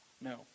No